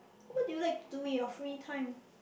what do you like to do in your free time